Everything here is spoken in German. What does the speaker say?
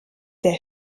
der